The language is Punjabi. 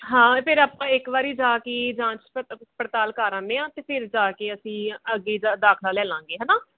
ਹਾਂ ਫਿਰ ਆਪਾਂ ਇੱਕ ਵਾਰੀ ਜਾ ਕੇ ਜਾਂਚ ਪੜਤਾਲ ਕਰ ਆਉਂਦੇ ਹਾਂ ਅਤੇ ਫਿਰ ਜਾ ਕੇ ਅਸੀਂ ਅੱਗੇ ਦਾ ਦਾਖ਼ਲਾ ਲੈ ਲਵਾਂਗੇ ਹੈ ਨਾ